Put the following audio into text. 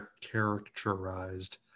characterized